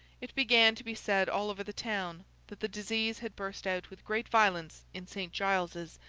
it began to be said all over the town that the disease had burst out with great violence in st. giles's,